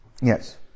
Yes